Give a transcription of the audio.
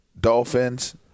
Dolphins